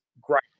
great